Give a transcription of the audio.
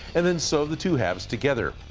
and then so the two halves together,